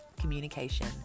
communication